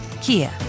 Kia